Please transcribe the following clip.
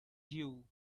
jew